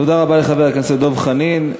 תודה רבה לחבר הכנסת דב חנין.